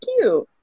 cute